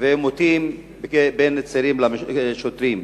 ועימותים בין הצעירים לשוטרים.